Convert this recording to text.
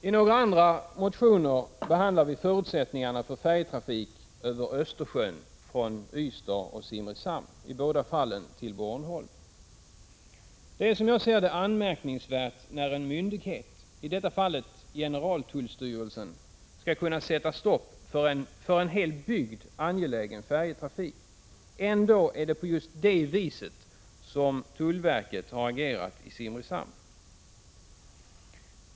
I några andra motioner behandlar vi förutsättningarna för färjetrafik över Det är som jag ser det anmärkningsvärt att en myndighet, i detta fall generaltullstyrelsen, skall kunna sätta stopp för en för en hel bygd angelägen färjetrafik. Ändå är det på det viset som tullverket har agerat i Simrishamn.